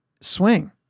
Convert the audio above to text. swing